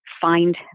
find